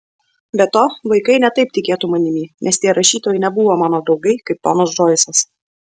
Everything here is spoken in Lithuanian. be to vaikai ne taip tikėtų manimi nes tie rašytojai nebuvo mano draugai kaip kad ponas džoisas